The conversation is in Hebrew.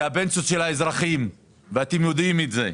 זה הפנסיות של האזרחים ואתם יודעים את זה.